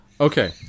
Okay